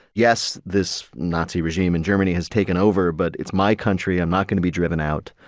yes, this nazi regime in germany has taken over, but it's my country. i'm not gonna be driven out.